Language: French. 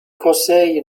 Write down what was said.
conseil